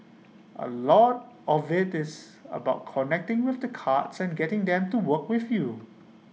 A lot of IT is about connecting with the cards and getting them to work with you